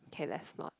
okay let's not